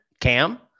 Cam